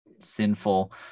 sinful